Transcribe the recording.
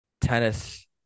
tennis